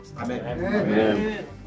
Amen